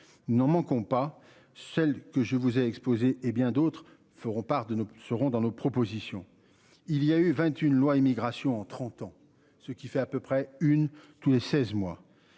nous en manquons pas celle que je vous ai exposées et bien d'autres feront part de nous serons dans nos propositions, il y a eu 20 une loi immigration en 30 ans, ce qui fait à peu près une tous les 16 mois.